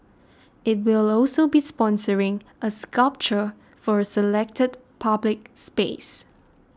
it will also be sponsoring a sculpture for a selected public space